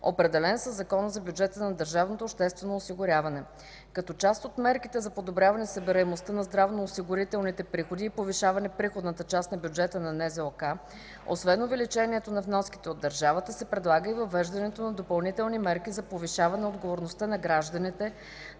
обществено осигуряване. Като част от мерките за подобряване събираемостта на здравноосигурителните приходи и повишаване приходната част на бюджета на НЗОК, освен увеличаването на вноските от държавата, се предлага и въвеждането на допълнителни мерки за повишаване отговорността на гражданите,